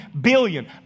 billion